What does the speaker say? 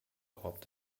korb